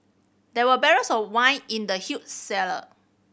there were barrels of wine in the huge cellar